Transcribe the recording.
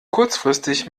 kurzfristig